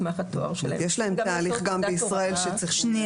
יש להם תהליך גם בישראל שצריך לעבור.